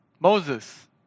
Moses